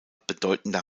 bedeutender